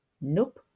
Nope